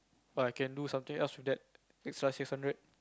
or I can do something else with that extra six hundred